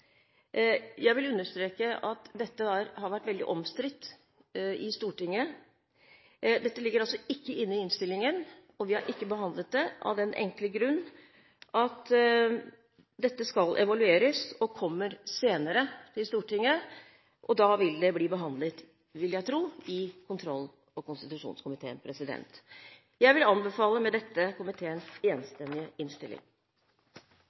Jeg vil understreke at dette har vært veldig omstridt i Stortinget. Dette ligger ikke inne i innstillingen, og vi har ikke behandlet det av den enkle grunn at dette skal evalueres og kommer senere til Stortinget, og da vil det bli behandlet – vil jeg tro – i kontroll- og konstitusjonskomiteen. Med dette vil jeg anbefale